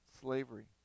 slavery